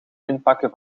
inpakken